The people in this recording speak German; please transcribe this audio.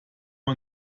man